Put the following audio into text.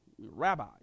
rabbi